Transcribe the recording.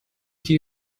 die